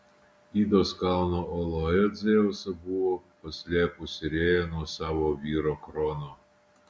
idos kalno oloje dzeusą buvo paslėpusi rėja nuo savo vyro krono